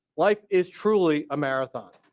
life is truly a marathon,